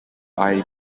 eye